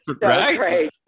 right